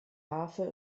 harfe